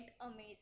amazing